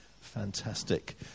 Fantastic